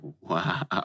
Wow